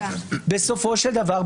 בסופו של דבר,